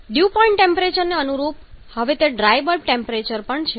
dew point ટેમ્પરેચરને અનુરૂપ હવે તે ડ્રાય બલ્બ ટેમ્પરેચર પણ છે